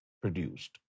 produced